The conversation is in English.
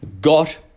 got